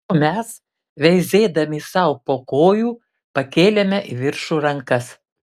o mes veizėdami sau po kojų pakėlėme į viršų rankas